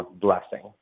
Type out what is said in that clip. blessing